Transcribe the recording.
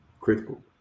critical